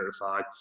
notified